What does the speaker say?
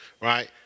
Right